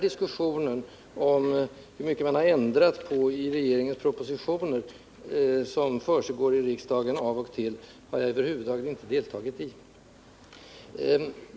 Diskussionen om hur mycket man ändrat i regeringens propositioner, som av och till försiggår i riksdagen, har jag över huvud taget inte deltagit i.